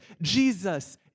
Jesus